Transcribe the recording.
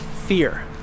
fear